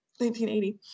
1980